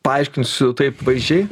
paaiškinsiu taip vaizdžiai